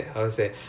okay